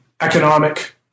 economic